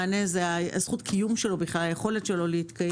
מענה זו היכולת שלו להתקיים.